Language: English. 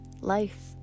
Life